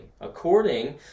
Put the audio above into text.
according